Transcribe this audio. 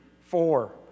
four